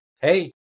hey